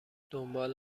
دنبال